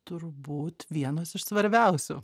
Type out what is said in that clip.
turbūt vienos iš svarbiausių